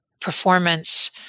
performance